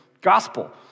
gospel